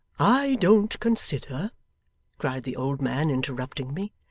i don't consider cried the old man interrupting me,